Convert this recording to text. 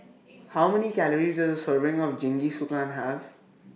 How Many Calories Does Serving of Jingisukan Have